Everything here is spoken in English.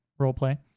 roleplay